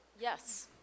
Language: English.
yes